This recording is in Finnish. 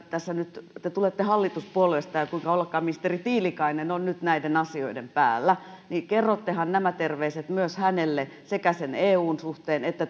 te tulette hallituspuolueesta ja kuinka ollakaan ministeri tiilikainen on nyt näiden asioiden päällä joten kerrottehan nämä terveiset myös hänelle sekä sen eun suhteen että